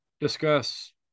discuss